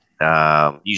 usually